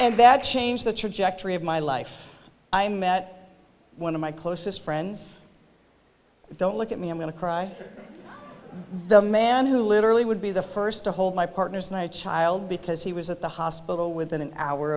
and that changed the trajectory of my life i met one of my closest friends don't look at me i'm going to cry the man who literally would be the first to hold my partner's and a child because he was at the hospital within an hour